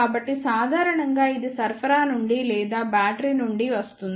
కాబట్టి సాధారణంగా ఇది సరఫరా నుండి లేదా బ్యాటరీ నుండి వస్తుంది